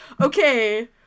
okay